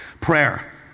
Prayer